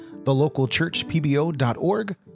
thelocalchurchpbo.org